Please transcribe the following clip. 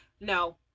No